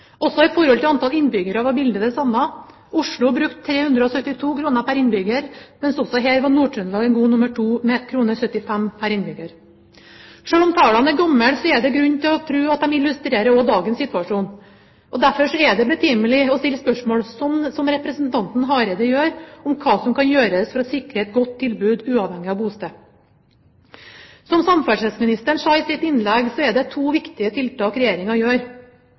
Også i forhold til antall innbyggere var bildet det samme. Oslo brukte 372 kr pr. innbygger, mens også her var Nord-Trøndelag en god nummer to med 75 kr pr. innbygger. Selv om tallene er gamle, er det grunn til å tro at de illustrerer også dagens situasjon. Derfor er det betimelig å stille spørsmål, som representanten Hareide gjør, om hva som kan gjøres for å sikre et godt tilbud uavhengig av bosted. Som samferdselsministeren sa i sitt innlegg, er det to viktige tiltak Regjeringen gjør.